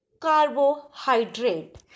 carbohydrate